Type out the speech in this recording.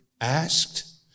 asked